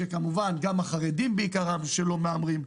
שגם החרדים בעיקרם לא מהמרים,